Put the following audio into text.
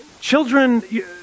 children